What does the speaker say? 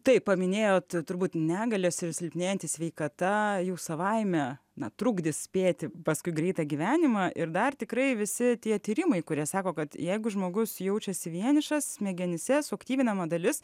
taip paminėjot turbūt negalios ir silpnėjanti sveikata jau savaime na trukdis spėti paskui greitą gyvenimą ir dar tikrai visi tie tyrimai kurie sako kad jeigu žmogus jaučiasi vienišas smegenyse suaktyvinama dalis